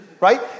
right